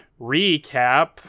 recap